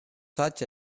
such